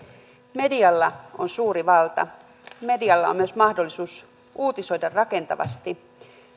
medialla on suuri valta medialla on myös mahdollisuus uutisoida rakentavasti